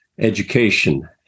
education